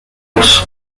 house